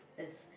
is